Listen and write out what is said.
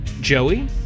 Joey